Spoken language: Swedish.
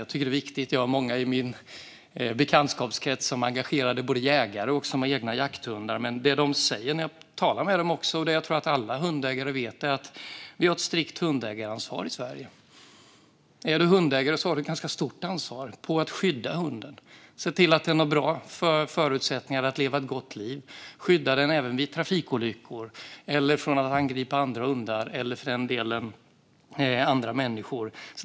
Jag tycker att det är viktigt, och jag har många i min bekantskapskrets som är engagerade jägare och har egna jakthundar. Det de säger när jag talar med dem är något som jag tror att alla hundägare vet: Vi har ett strikt hundägaransvar i Sverige. Är du hundägare har du ett ganska stort ansvar för att skydda hunden och se till att den har bra förutsättningar att leva ett gott liv. Du ska skydda den även vid trafikolyckor och från att angripa andra hundar eller för den delen andra människor.